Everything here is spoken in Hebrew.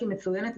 שהיא מצוינת,